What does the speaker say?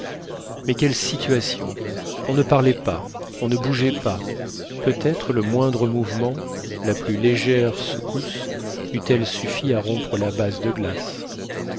mais quelle situation on ne parlait pas on ne bougeait pas peut-être le moindre mouvement la plus légère secousse eût-elle suffi à rompre la base de glace